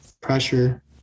pressure